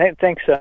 thanks